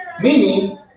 Meaning